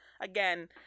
again